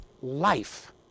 life